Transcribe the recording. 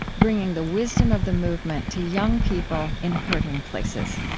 bringing the wisdom of the movement to young people in hurting places